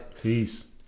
Peace